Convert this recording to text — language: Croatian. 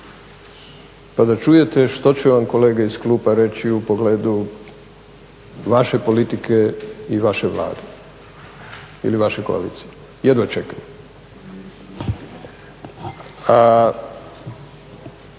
pa da čujete što će vam kolege iz klupa reći u pogledu vaše politike i vaše Vlade ili vaše koalicije, jedva čekam.